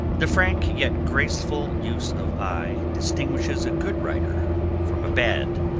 the frank yet graceful use of i distinguishes a good writer from a bad